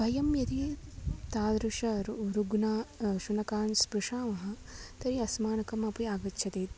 वयं यदि तादृशान् रोगः रुग्णान् शुनकान् स्पृशामः तर्हि अस्माकम् अपि आग्च्छति